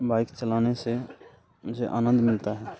bike चलाने से मुझे आनंद मिलता है